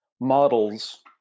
models